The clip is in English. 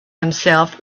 himself